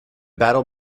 battle